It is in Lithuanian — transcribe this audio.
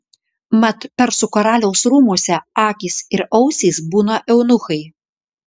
mat persų karaliaus rūmuose akys ir ausys būna eunuchai